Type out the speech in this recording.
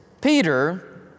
Peter